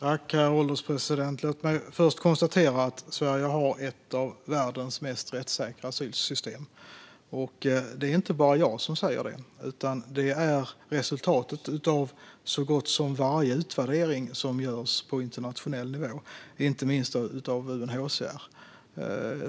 Herr ålderspresident! Låt mig först konstatera att Sverige har ett av världens mest rättssäkra asylsystem. Det säger inte bara jag, utan det är resultatet av så gott som varje utvärdering som görs på internationell nivå, inte minst av UNHCR.